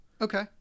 Okay